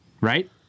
Right